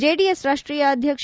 ಚೆಡಿಎಸ್ ರಾಷ್ಟೀಯ ಅಧ್ಯಕ್ಷ